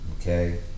Okay